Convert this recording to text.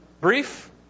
Brief